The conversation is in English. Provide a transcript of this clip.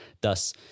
thus